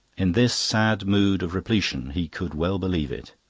in this sad mood of repletion he could well believe it.